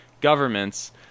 governments